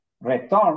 return